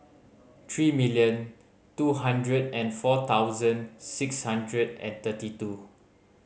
three million two hundred and four thousand six hundred and thirty two